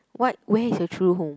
what where is your true home